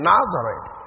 Nazareth